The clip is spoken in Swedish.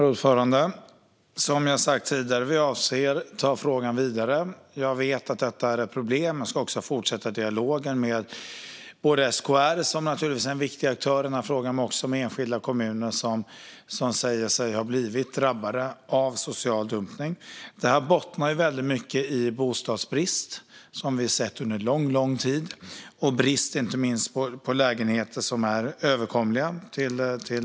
Herr talman! Som jag sagt tidigare avser vi att ta frågan vidare. Jag vet att detta är ett problem. Jag ska fortsätta dialogen med både SKR, som naturligtvis är en viktig aktör i frågan, och enskilda kommuner som säger sig ha blivit drabbade av social dumpning. Det här bottnar väldigt mycket i den bostadsbrist som vi sett under lång tid. Inte minst råder det brist på lägenheter med överkomliga priser.